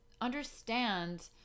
understand